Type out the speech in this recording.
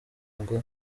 ngo